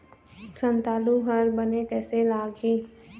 संतालु हर बने कैसे लागिही?